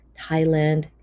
thailand